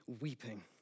weeping